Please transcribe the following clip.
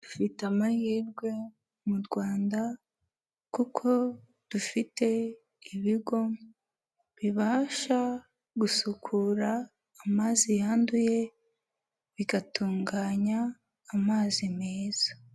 Dufite amahirwe mu Rwanda kuko dufite ibigo bibasha gusukura amazi yanduye bigatunganya amazi meza.